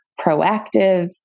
proactive